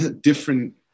different